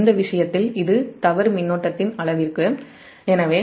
எனவே இந்த விஷயத்தில் இது தவறு மின்னோட்டத்தின் அளவிற்கு 9